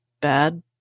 bad